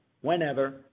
whenever